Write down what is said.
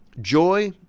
Joy